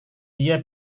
dia